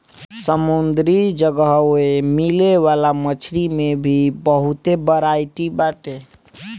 समुंदरी जगह ओए मिले वाला मछरी में भी बहुते बरायटी बाटे